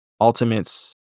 Ultimates